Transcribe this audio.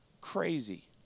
crazy